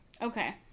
Okay